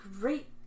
great